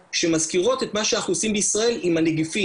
שמזכירות את מה שאנחנו עושים בישראל עם הנגיפים,